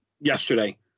yesterday